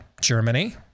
Germany